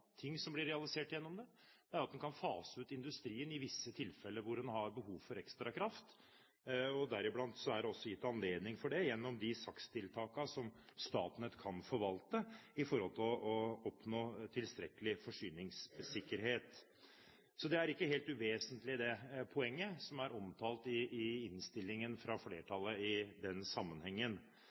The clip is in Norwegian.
ting som blir realisert gjennom det, at man kan fase ut industrien i visse tilfeller hvor man har behov for ekstra kraft, og bl.a. er det også gitt anledning til det gjennom de sakstiltakene som Statnett kan forvalte i forhold til å oppnå tilstrekkelig forsyningssikkerhet. Så det er ikke helt uvesentlig det poenget som er omtalt i innstillingen fra flertallet i den sammenhengen.